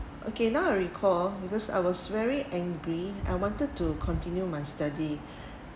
okay now I recall because I was very angry I wanted to continue my study